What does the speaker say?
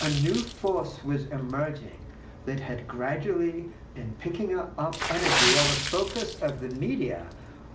a new force was emerging that had gradually been and picking up up energy, while the focus of the media